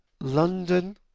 London